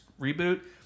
reboot